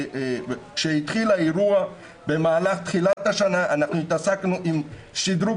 כשהתחיל האירוע בתחילת השנה התעסקנו עם שדרוג